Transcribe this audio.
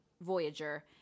Voyager